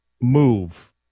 move